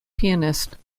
pianist